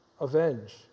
avenge